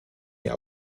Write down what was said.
mir